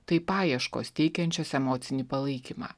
tai paieškos teikiančios emocinį palaikymą